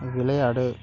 விளையாடு